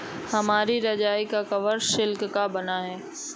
हमारी रजाई का कवर सिल्क का बना है